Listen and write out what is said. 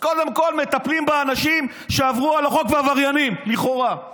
קודם כול מטפלים באנשים שעברו על החוק ועבריינים לכאורה.